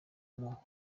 muhabwa